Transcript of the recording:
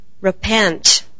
Repent